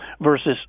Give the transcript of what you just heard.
versus